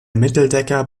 mitteldecker